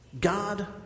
God